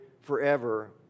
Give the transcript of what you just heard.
forever